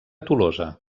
tolosa